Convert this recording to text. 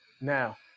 Now